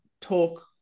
talk